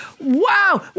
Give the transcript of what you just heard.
Wow